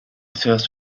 seas